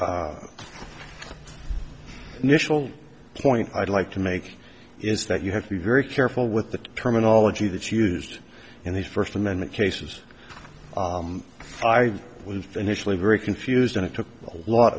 initial point i'd like to make is that you have to be very careful with the terminology that's used in the first amendment cases i was initially very confused and it took a lot